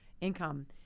income